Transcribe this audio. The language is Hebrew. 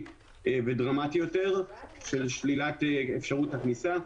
ודרמטי יותר של שלילת אפשרות הכניסה.